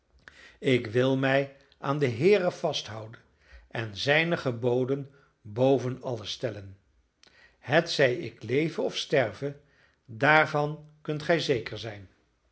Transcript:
ik wil mij aan de heere vasthouden en zijne geboden boven alles stellen hetzij ik leve of sterve daarvan kunt gij zeker zijn